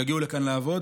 יגיעו לכאן לעבוד,